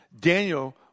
Daniel